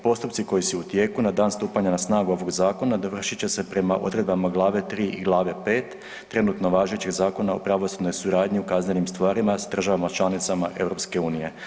Postupci koji su u tijeku na dan stupanja na snagu ovog zakona dovršit će se prema odredbama Glave 3. i Glave 5. trenutno važećeg Zakona o pravosudnoj suradnji u kaznenim stvarima s državama članicama EU.